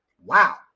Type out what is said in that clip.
Wow